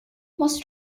most